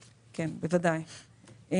פלוס-מינוס.